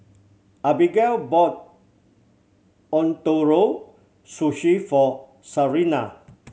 Abagail bought Ootoro Sushi for Sarina